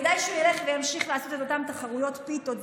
כדאי שהוא ילך וימשיך לעשות את אותן תחרויות פיתות.